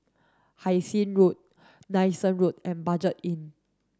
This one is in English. Hai Sing Road Nanson Road and Budget Inn